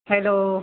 hello